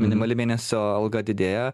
minimali mėnesio alga didėja